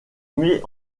mets